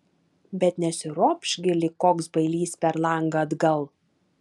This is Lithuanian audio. bet nesiropš gi lyg koks bailys per langą atgal